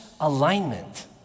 alignment